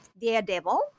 Daredevil